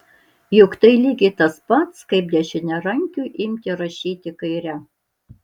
juk tai lygiai tas pats kaip dešiniarankiui imti rašyti kaire